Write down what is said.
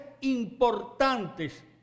importantes